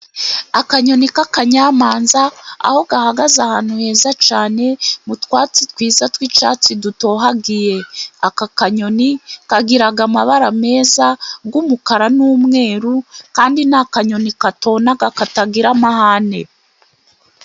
Akanyoni k'akanyamanza aho gahagaze ahantu heza cyane mu twatsi twiza tw'icyatsi dutohagiye, aka kanyoni kagira amabara meza y'umukara n'umweru kandi ni akanyoni katona katagira amahane.